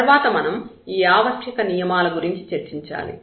తర్వాత మనం ఈ ఆవశ్యక నియమాల గురించి చర్చించాలి